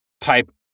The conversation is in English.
type